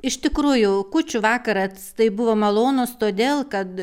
iš tikrųjų kūčių vakaras tai buvo malonus todėl kad